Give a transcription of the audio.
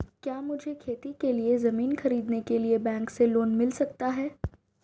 क्या मुझे खेती के लिए ज़मीन खरीदने के लिए बैंक से लोन मिल सकता है?